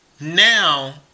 now